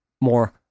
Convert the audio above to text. more